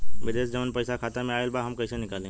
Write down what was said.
विदेश से जवन पैसा खाता में आईल बा हम कईसे निकाली?